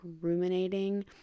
ruminating